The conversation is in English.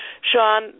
sean